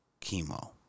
chemo